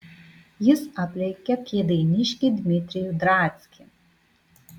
jis aplenkė kėdainiškį dimitrijų drackį